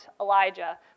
Elijah